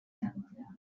him